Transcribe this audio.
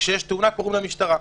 כשיש תאונה קוראים למשטרה.